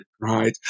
right